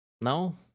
No